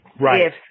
Right